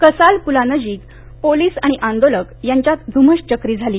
कसाल पुलानजिक पोलीस आणि आंदोलक यांच्यात धुमश्चक्री झाली